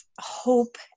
hope